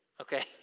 okay